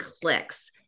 clicks